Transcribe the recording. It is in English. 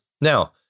Now